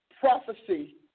prophecy